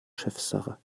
chefsache